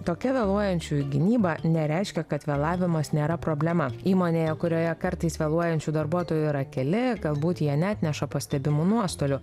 tokia vėluojančiųjų gynyba nereiškia kad vėlavimas nėra problema įmonėje kurioje kartais vėluojančių darbuotojų yra keli galbūt jie neatneša pastebimų nuostolių